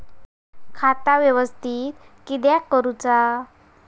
खाता व्यवस्थापित किद्यक करुचा?